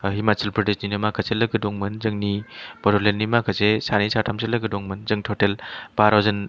ओ माखासे हिमाचल प्रदेशनिनो माखासे लोगो दंमोन जोंनि बड'लेन्डनि माखासे सानै साथामसो लोगो दंमोन जों टटेल बार' जोन